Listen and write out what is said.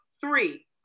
three